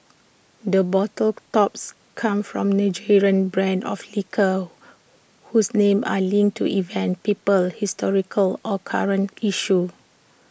the bottle tops come from Nigerian brands of liquor whose names are linked to events people historical or current issues